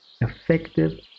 effective